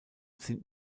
sind